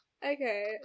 Okay